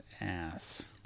ass